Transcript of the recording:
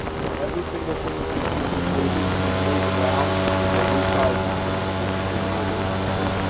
so every single thing that you see on these pages can be moved around and will resize to fit into the different visualization areas.